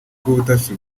rw’ubutasi